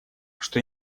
что